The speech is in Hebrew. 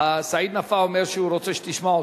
סעיד נפאע אומר שהוא רוצה שתשמע אותו.